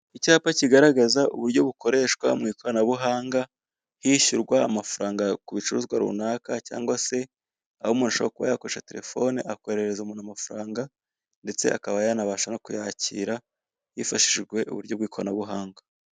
Icyapa kigaragaza uburyo bukoreshwa mu ikoranabuhanga, hishyurwa amafaranga ku bicuruzwa runaka, cyangwa se aho umuntu ashobora kuba yakoresha telefoni akoherereza umuntu amafaranga ndetse akaba yanabasha no kuyakira, hifashishijwe uburyo bw'ikoranabuhanga.